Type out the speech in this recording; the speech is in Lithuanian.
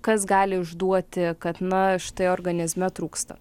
kas gali išduoti kad na štai organizme trūksta